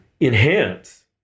enhance